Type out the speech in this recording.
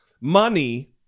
money